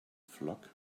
flock